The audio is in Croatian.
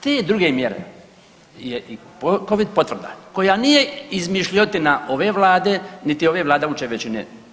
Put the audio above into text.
Te druge mjere je i covid potvrda koja nije izmišljotina ove vlade, niti ove vladajuće većine.